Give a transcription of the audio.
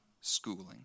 schooling